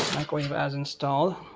microwave as installed.